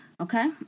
Okay